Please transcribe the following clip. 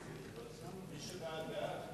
מי שבעד, בעד?